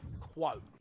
quote